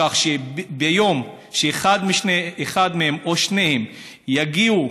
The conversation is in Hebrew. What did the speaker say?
כך שביום שאחד מהם או שניהם יגיעו